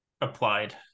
applied